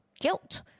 guilt